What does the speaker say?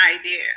idea